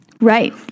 Right